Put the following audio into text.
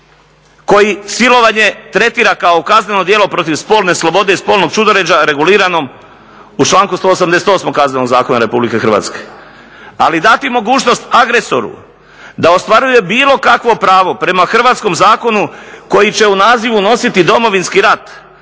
koji silovanje tretira kao kazneno djelo protiv spolne slobode i spolnog ćudoređa reguliranom u članku 188. Kaznenog zakona RH. Ali dati mogućnost agresoru da ostvaruje bilo kakvo pravo prema hrvatskom zakonu koji će u nazivu nositi Domovinski rat,